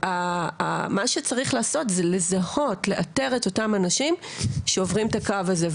מה שצריך לעשות זה לזהות ולאתר את אותם אנשים שעוברים את הקו הזה.